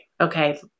Okay